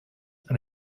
and